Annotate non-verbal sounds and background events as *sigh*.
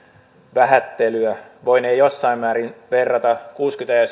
vähättelyä voinee jossain määrin verrata kuusikymmentä ja *unintelligible*